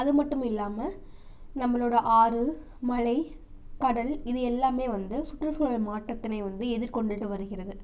அது மட்டும் இல்லாமல் நம்மளோட ஆறு மலை கடல் இது எல்லாமே வந்து சுற்றுசூழல் மாற்றத்தினை வந்து எதிர்கொண்டுட்டு வருகிறது